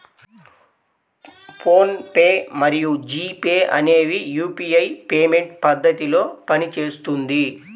phone pay మరియు G pay అనేవి UPI payment పద్ధతిలో పనిచేస్తుంది